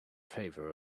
favor